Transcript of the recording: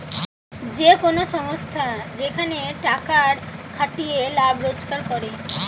যে কোন সংস্থা যেখানে টাকার খাটিয়ে লাভ রোজগার করে